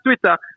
Twitter